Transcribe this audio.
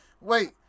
wait